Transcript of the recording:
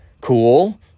cool